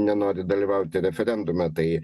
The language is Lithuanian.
nenori dalyvauti referendume tai